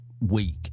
week